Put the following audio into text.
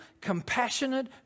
compassionate